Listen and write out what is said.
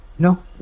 No